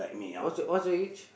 what's what's your age